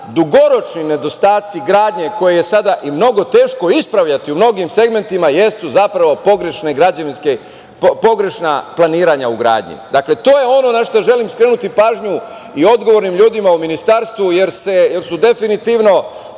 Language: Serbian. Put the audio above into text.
dugoročni nedostaci gradnje koje je sada i mnogo teško ispravljati u mnogim segmentima jesu zapravo i pogrešna planiranja gradnje. To je ono na šta želim skrenuti pažnju i odgovornim ljudima u ministarstvu jer su definitivno